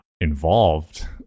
involved